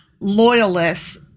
loyalists